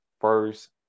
first